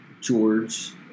George